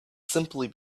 simply